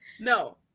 No